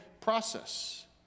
process